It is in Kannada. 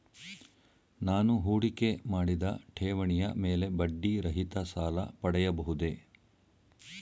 ನಾನು ಹೂಡಿಕೆ ಮಾಡಿದ ಠೇವಣಿಯ ಮೇಲೆ ಬಡ್ಡಿ ರಹಿತ ಸಾಲ ಪಡೆಯಬಹುದೇ?